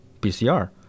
PCR